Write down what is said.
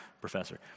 Professor